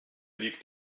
liegt